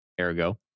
ergo